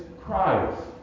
Christ